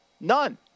None